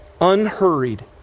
unhurried